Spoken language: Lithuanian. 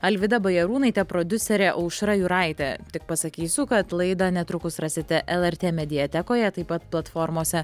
alvyda bajarūnaitė prodiuserė aušra jūraitė tik pasakysiu kad laidą netrukus rasite lrt mediatekoje taip pat platformose